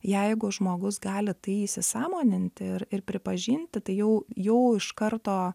jeigu žmogus gali tai įsisąmoninti ir ir pripažinti tai jau jau iš karto